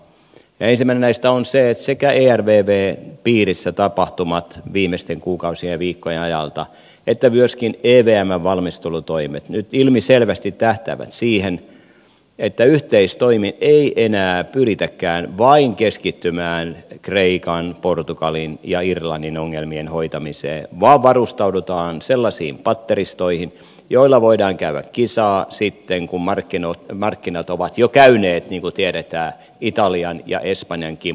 ensimmäinen näistä on se että sekä ervvn piirissä tapahtumat viimeisten kuukausien ja viikkojen ajalta että myöskin evmn valmistelutoimet nyt ilmiselvästi tähtäävät siihen että yhteistoimin ei enää pyritäkään vain keskittymään kreikan portugalin ja irlannin ongelmien hoitamiseen vaan varustaudutaan sellaisiin patteristoihin joilla voidaan käydä kisaa sitten kun markkinat ovat jo käyneet niin kuin tiedetään italian ja espanjan kimppuun